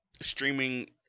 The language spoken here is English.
streaming